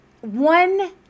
one